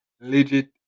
legit